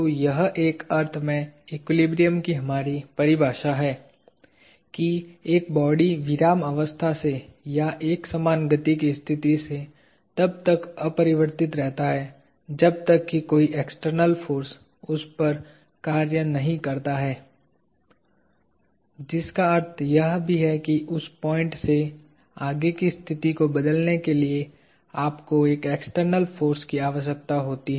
तो यह एक अर्थ में एक्विलिब्रियम की हमारी परिभाषा है कि एक बॉडी विरामावस्था से या एक समान गति की स्थिति से तब तक अपरिवर्तित रहता है जब तक कि कोई एक्सटर्नल फोर्स उस पर कार्य नहीं करता है जिसका अर्थ यह भी है कि उस पॉइंट से आगे की स्थिति को बदलने के लिए आपको एक्सटर्नल फोर्स की आवश्यकता होती है